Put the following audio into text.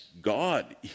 God